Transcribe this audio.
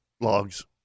logs